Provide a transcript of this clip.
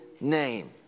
name